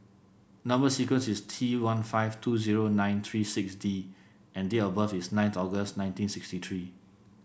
number sequence is T one five two zero nine three six D and date of birth is nine August nineteen sixty three